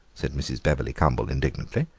said mrs. bebberly cumble indignantly.